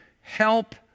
Help